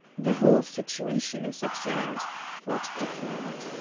the whole situation is absurd! ford declared.